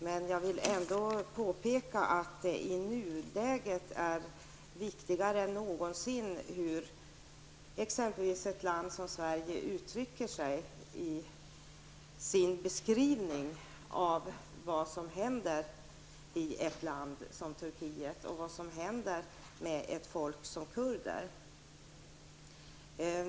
Men jag vill ändå påpeka att det i nuläget är viktigare än någonsin hur ett land som exempelvis Sverige uttrycker sig i sin beskrivning av vad som händer i ett sådant land som Turkiet och med ett folk som kurderna.